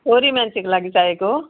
छोरी मान्छेको लागि चाहिएको